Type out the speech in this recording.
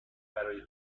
برای